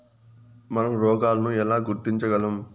మనం రోగాలను ఎలా గుర్తించగలం?